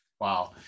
Wow